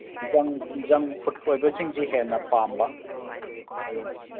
ꯖꯪ ꯐꯨꯗꯁꯤꯡꯁꯤ ꯍꯦꯟꯅ ꯄꯥꯝꯕ ꯑꯗꯨꯅ